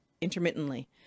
intermittently